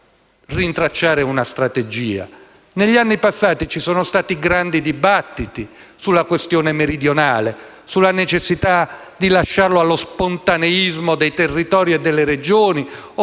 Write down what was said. rintracciare una strategia. Negli anni passati vi sono stati grandi dibattiti sulla questione meridionale, sulla necessità di lasciarla allo spontaneismo dei territori e delle Regioni